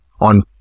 on